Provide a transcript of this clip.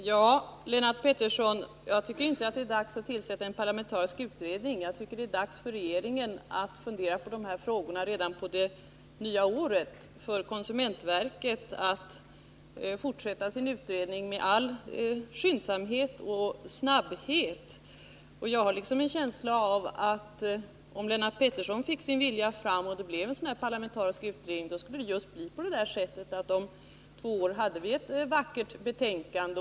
Herr talman! Jag tycker inte, Lennart Pettersson, att det är dags att tillsätta en utredning. Jag tycker att det är dags för regeringen att fundera på de här frågorna redan på det nya året och för konsumentverket att fortsätta sin utredning med all skyndsamhet och snabbhet. Jag har en känsla av att om Lennart Pettersson fick sin vilja fram och det tillsattes en parlamentarisk utredning skulle det bli just på det sättet att vi om två år hade ett vackert betänkande.